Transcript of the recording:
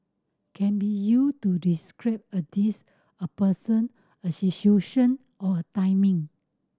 can be used to describe a dish a person a situation or a timing